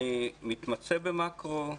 אני מתמצא במקרו,